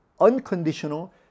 unconditional